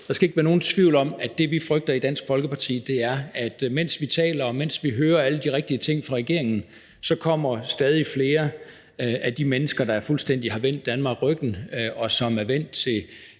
Der skal ikke være nogen tvivl om, at det, vi frygter i Dansk Folkeparti, er, at mens vi taler og hører alle de rigtige ting fra regeringens side, kommer stadig flere af de mennesker, der fuldstændig har vendt Danmark ryggen og er rejst til